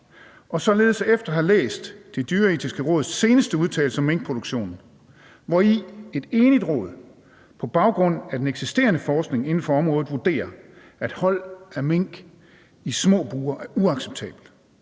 således efter at have læst Det Dyreetiske Råds seneste udtalelse om minkproduktion, hvori et enigt råd på baggrund af den eksisterende forskning inden for området vurderer, at hold af mink i små bure er uacceptabelt,